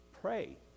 Pray